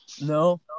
No